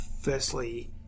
Firstly